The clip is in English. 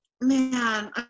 man